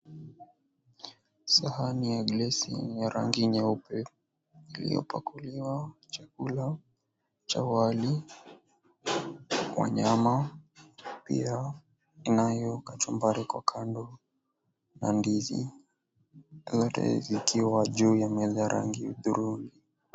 Sahani ya glasi yenye rangi nyeupe iliyopakuliwa chakula cha wali wa nyama, pia inayo kachumbari kwa kando na ndizi. Zote zikiwa juu ya meza ya rangi ya hudhurungi.